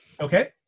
Okay